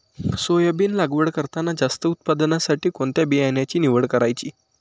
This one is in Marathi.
सोयाबीन लागवड करताना जास्त उत्पादनासाठी कोणत्या बियाण्याची निवड करायची?